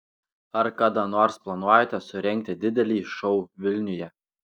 ar kada nors planuojate surengti didelį šou vilniuje